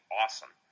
awesome